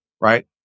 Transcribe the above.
right